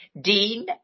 Dean